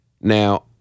Now